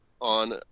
on